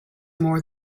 more